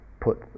put